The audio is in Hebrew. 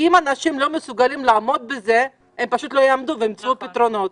כי אם אנשים לא מסוגלים לעמוד בו הם פשוט לא יעמדו וימצאו פתרונות,